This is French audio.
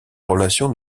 relation